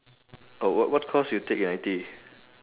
oh wh~ what course you take in I_T_E